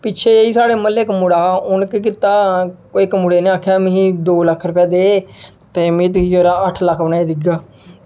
पिच्छें जेह् साढ़े मह्ल्ले इक मुड़ा हा उ'न्न केह् कीता इक मुड़े कन्नै आखेआ मिगी दो लक्ख रपेआ दे ते में तुगी एह्दा अट्ठ लक्ख बनाई देगा